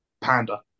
panda